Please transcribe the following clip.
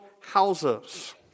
houses